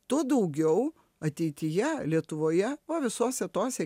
tuo daugiau ateityje lietuvoje o visose tose